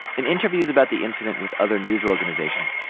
in interviews about the incident with other news organizations,